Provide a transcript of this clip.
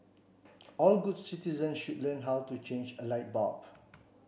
all good citizen should learn how to change a light bulb